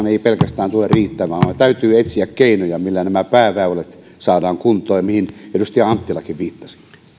ei tule riittämään vaan täytyy etsiä keinoja millä nämä pääväylät saadaan kuntoon mihin edustaja anttilakin viittasi